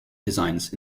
designs